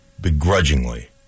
begrudgingly